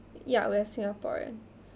yeah we're singaporean